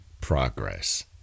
progress